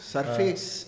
Surface